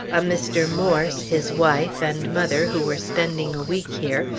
a mr. morse, his wife, and mother, who are spending a week here,